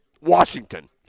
Washington